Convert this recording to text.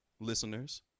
listeners